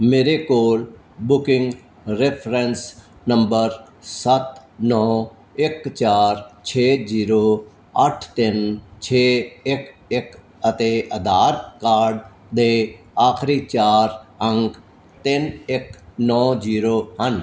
ਮੇਰੇ ਕੋਲ booking reference number ਸੱਤ ਨੌ ਇੱਕ ਚਾਰ ਛੇ ਜੀਰੋ ਅੱਠ ਤਿੰਨ ਛੇ ਇੱਕ ਇੱਕ ਅਤੇ ਆਧਾਰ ਕਾਰਡ ਦੇ ਆਖਰੀ ਚਾਰ ਅੰਕ ਤਿੰਨ ਇੱਕ ਨੌ ਜੀਰੋ ਹਨ